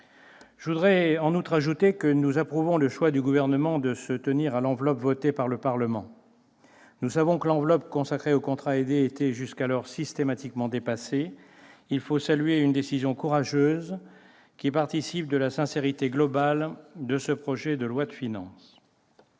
de nos concitoyens. Par ailleurs, nous approuvons le choix du Gouvernement de se tenir à l'enveloppe votée par le Parlement. Jusqu'alors, l'enveloppe consacrée aux contrats aidés était systématiquement dépassée. Il faut saluer une décision courageuse qui participe de la sincérité globale de ce projet de loi de finances.